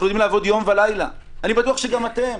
אנחנו יודעים לעבוד יום ולילה, אני בטוח שגם אתם.